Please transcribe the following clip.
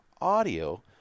audio